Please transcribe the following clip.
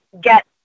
get